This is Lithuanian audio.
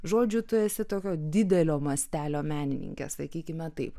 žodžių tu esi tokio didelio mastelio menininkė sakykime taip